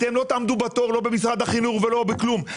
אתם לא תעמדו בתור לא במשרד החינוך ולא בשום מקום.